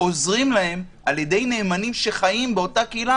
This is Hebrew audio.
עוזרים להם על ידי נאמנים שחיים באותה קהילה